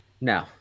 No